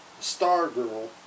Stargirl